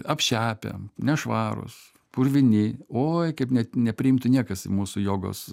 apšepę nešvarūs purvini oi kaip net nepriimtų niekas į mūsų jogos